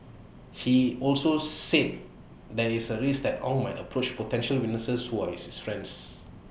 he also said there is A risk that Ong might approach potential witnesses who are his friends